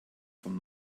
von